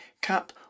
cap